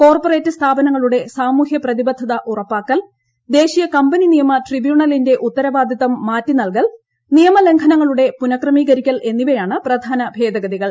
corporate സ്ഥാപനങ്ങളുടെ സാമൂഹ്യും പ്രിതിബദ്ധത ഉറപ്പാക്കൽ ദേശീയ കമ്പനി നിയമ ട്രൈബ്യൂൺലി്റ്റെ ഉത്തരവാദിത്തം മാറ്റി നൽകൽ നിയമലംഘനങ്ങളുടെ ്പുന് ക്രമീകരിക്കൽ എന്നിവയാണ് പ്രധാന ഭേദഗതികൾ